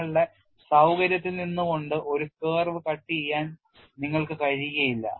നിങ്ങളുടെ സൌകര്യത്തിൽ നിന്ന് കൊണ്ട് ഒരു കർവ് cut ചെയ്യാൻ നിങ്ങൾക്ക് കഴിയില്ല